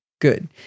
Good